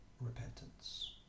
repentance